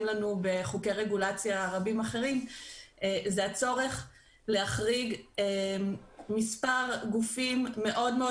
לנו בחוקי רגולציה רבים אחרים זה הצורך להחריג מספר גופים מאוד מאוד